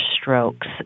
strokes